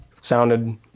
sounded